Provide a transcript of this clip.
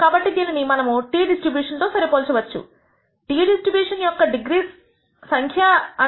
కాబట్టి దీనిని మనము t డిస్ట్రిబ్యూషన్ తో సరి పోల్చవచ్చు t డిస్ట్రిబ్యూషన్ యొక్క డిగ్రీస్ సంఖ్య తేదీ అనేది N1 N2 2